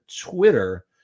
Twitter